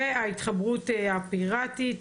וההתחברות הפיראטית,